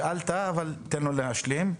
שאלת אבל תן לו להשלים.